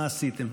מה עשיתם?